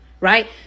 Right